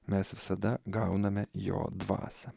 mes visada gauname jo dvasią